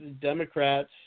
Democrats